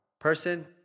Person